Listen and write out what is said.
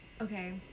Okay